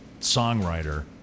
songwriter